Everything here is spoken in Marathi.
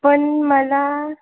पण मला